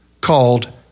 called